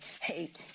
hate